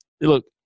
look